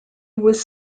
was